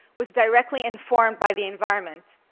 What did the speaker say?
was directly informed by the environment.